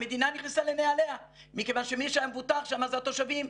המדינה נכנסה לנעליה מכיוון שמי שהיה מבוטח שם זה התושבים,